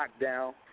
lockdown